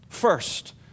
First